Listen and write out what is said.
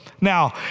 Now